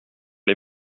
les